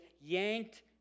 yanked